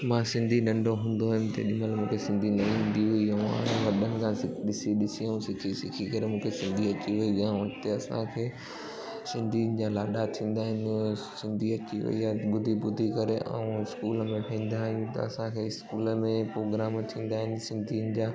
मां सिंधी नंढो हूंदो हुअमि तेॾी महिल मूंखे सिंधी न ईंदी हुई ऐं हाणे वॾनि खां ॾिसी ॾिसी ऐं सिखी सिखी करे मूंखे सिंधी अची वेई आहे हिते असांखे सिंधियुनि जा लाॾा थींदा आहिनि इअं सिंधी अची वेई आजे ॿुधी ॿुधी करे ऐं स्कूल में वेंदा आहियूं त असांखे स्कूल में पोग्राम थींदा आहिनि सिंधियुनि जा